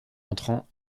entrant